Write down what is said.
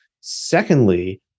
Secondly